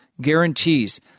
guarantees